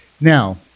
Now